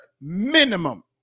minimum